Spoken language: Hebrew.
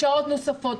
שעות נוספות,